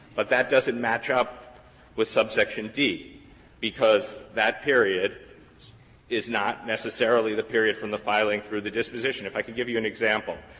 but that doesn't match up with subsection because that period is not necessarily the period from the filing through the disposition. if i could give you an example.